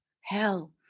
hell